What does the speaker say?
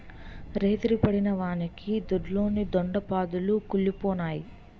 రేతిరి పడిన వానకి దొడ్లోని దొండ పాదులు కుల్లిపోనాయి